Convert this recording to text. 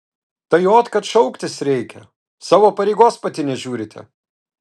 tai ot kad šauktis reikia savo pareigos pati nežiūrite